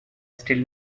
still